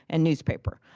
and newspaper.